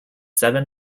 seven